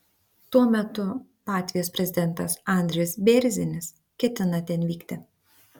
tuo metu latvijos prezidentas andris bėrzinis ketina ten vykti